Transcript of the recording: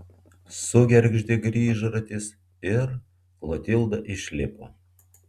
sugergždė grįžratis ir klotilda išlipo